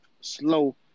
slow